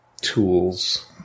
tools